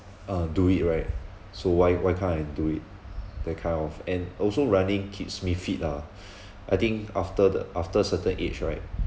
uh do it right so why why can't I do it that kind of and also running keeps me fit ah I think after the after certain age right